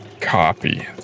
Copy